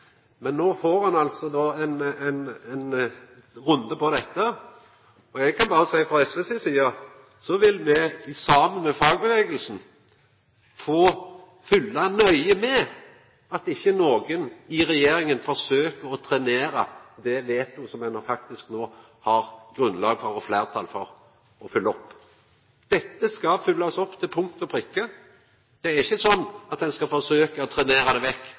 Men no får ein altså ein runde på dette. Eg kan berre seia frå SV si side at me saman med fagrørsla vil følgja nøye med, slik at ikkje nokon i regjeringa forsøker å trenera det vetoet som det faktisk er grunnlag for å få fleirtal for. Dette skal ein følgja opp til punkt og prikke. Det er ikkje slik at ein skal forsøkja å trenera det vekk,